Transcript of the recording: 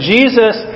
Jesus